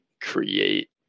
create